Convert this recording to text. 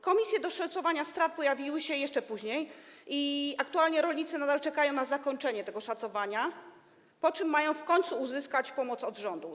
Komisje do spraw szacowania strat pojawiły się jeszcze później i aktualnie rolnicy nadal czekają na zakończenie tego szacowania, po czym mają w końcu uzyskać pomoc od rządu.